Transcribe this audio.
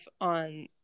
on